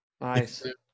Nice